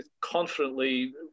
confidently